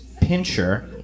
pincher